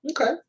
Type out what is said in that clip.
Okay